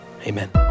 Amen